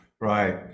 Right